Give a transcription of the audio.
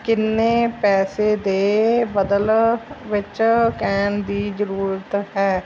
ਕਿੰਨੇ ਪੈਸੇ ਦੇ ਬਦਲ ਵਿੱਚ ਕਹਿਣ ਦੀ ਜ਼ਰੂਰਤ ਹੈ